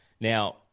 Now